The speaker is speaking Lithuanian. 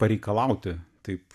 pareikalauti taip